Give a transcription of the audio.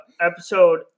Episode